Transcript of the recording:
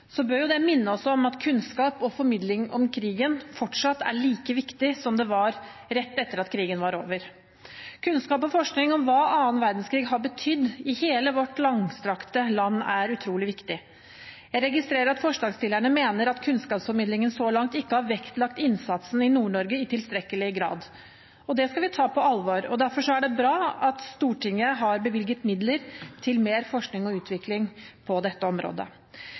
bør det minne oss om at kunnskap og formidling om krigen fortsatt er like viktig som det var rett etter at krigen var over. Kunnskap og forskning om hva annen verdenskrig har betydd i hele vårt langstrakte land, er utrolig viktig. Jeg registrerer at forslagsstillerne mener at kunnskapsformidlingen så langt ikke har vektlagt innsatsen i Nord-Norge i tilstrekkelig grad. Det skal vi ta på alvor. Derfor er det bra at Stortinget har bevilget midler til mer forskning og utvikling på dette området.